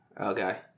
Okay